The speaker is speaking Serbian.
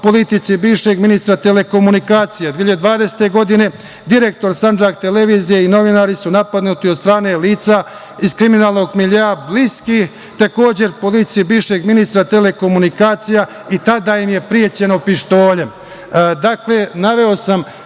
politici bivšeg ministra telekomunikacija. Iste godine direktor „Sandžak televizije“ i novinari su napadnuti od strane lica iz kriminalnog miljea, bliski takođe politici bivšeg ministra telekomunikacija i tada im je prećeno pištoljem. Dakle, naveo sam